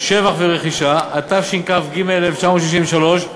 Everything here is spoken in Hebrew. (שבח ורכישה), התשכ"ג 1963,